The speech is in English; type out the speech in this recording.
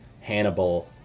Hannibal